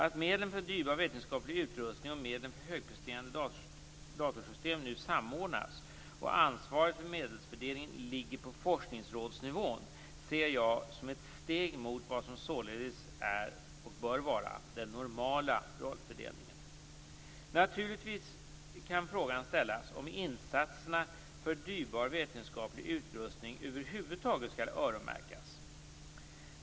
Att medlen för dyrbar vetenskaplig utrustning och medlen för högpresterande datorsystem nu samordnas och ansvaret för medelsfördelningen ligger på forskningsrådsnivå ser jag som ett steg mot vad som således är den normala rollfördelningen. Frågan kan naturligtvis ställas om insatserna för dyrbar vetenskaplig utrustning över huvud taget skall öronmärkas.